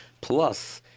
plus